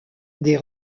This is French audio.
des